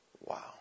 Wow